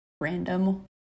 random